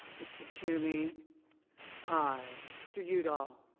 mr. toomey i. mr. udall